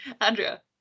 Andrea